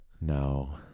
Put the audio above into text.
No